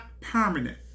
permanent